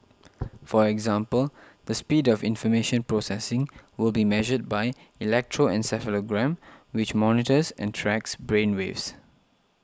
for example the speed of information processing will be measured by electroencephalogram which monitors and tracks brain waves